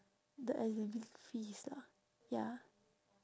the assembly fees lah ya